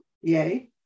Yay